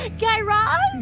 ah guy raz?